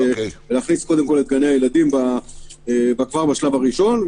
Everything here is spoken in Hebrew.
להכניס קודם כל את גני הילדים כבר בשלב הראשון.